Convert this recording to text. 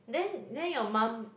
then then your mum